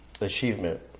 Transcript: achievement